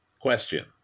Question